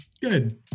Good